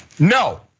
No